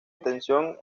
atención